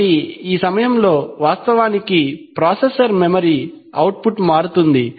కాబట్టి ఈ సమయంలో వాస్తవానికి ప్రాసెసర్ మెమరీ అవుట్పుట్ మారుతుంది